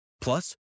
Plus